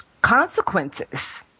consequences